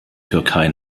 türkei